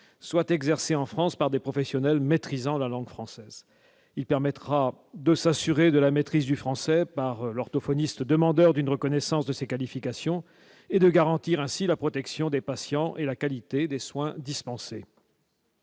soit exercée en France par des professionnels, maîtrisant la langue française, il permettra de s'assurer de la maîtrise du français par l'orthophoniste demandeurs d'une reconnaissance de ces qualifications et de garantir ainsi la protection des patients et la qualité des soins dispensés.